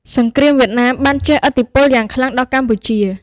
សង្គ្រាមវៀតណាមបានជះឥទ្ធិពលយ៉ាងខ្លាំងដល់កម្ពុជា។